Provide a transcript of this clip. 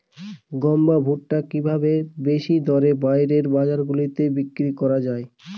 গম বা ভুট্ট কি ভাবে বেশি দরে বাইরের রাজ্যগুলিতে বিক্রয় করা য়ায়?